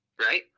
Right